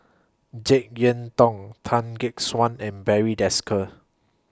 Jek Yeun Thong Tan Gek Suan and Barry Desker